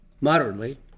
Moderately